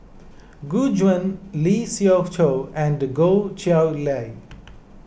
Gu Juan Lee Siew Choh and Goh Chiew Lye